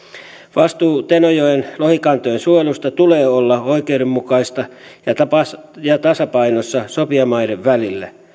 vastuun tenojoen lohikantojen suojelusta tulee olla oikeudenmukaista ja tasapainossa sopijamaiden välillä